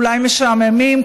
אולי משעממים,